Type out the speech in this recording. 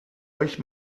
euch